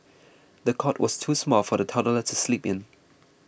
the cot was too small for the toddler to sleep in